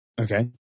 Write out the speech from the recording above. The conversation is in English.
Okay